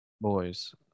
boys